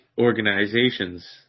organizations